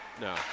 No